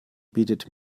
bietet